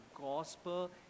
gospel